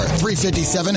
357